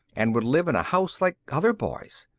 and would live in a house like other boys.